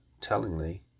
tellingly